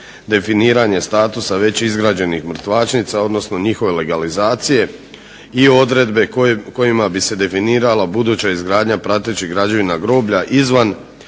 definiranje statusa već izgrađenih mrtvačnica odnosno njihove legalizacije i odredbe kojima bi se definirala buduća izgradnja pratećih građevina groblja izvan